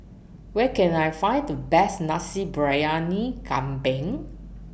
Where Can I Find The Best Nasi Briyani Kambing